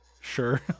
Sure